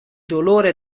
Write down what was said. dolore